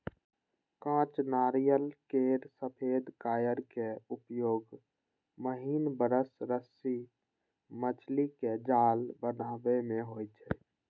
कांच नारियल केर सफेद कॉयर के उपयोग महीन ब्रश, रस्सी, मछलीक जाल बनाबै मे होइ छै